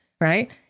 right